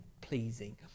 pleasing